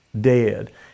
dead